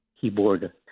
keyboard